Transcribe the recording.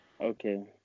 Okay